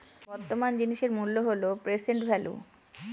বর্তমান জিনিসের মূল্য হল প্রেসেন্ট ভেল্যু